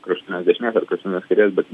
kraštutinės dešinės ir krašutinės kairės bet